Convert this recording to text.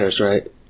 right